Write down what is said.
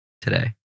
today